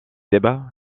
débats